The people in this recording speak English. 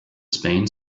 spain